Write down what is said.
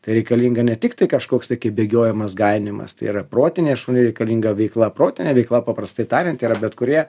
tai reikalinga ne tik tai kažkoks tai kaip bėgiojimas gainiojimas tai yra protinė šuniui reikalinga veikla protinė veikla paprastai tariant yra bet kurie